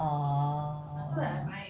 orh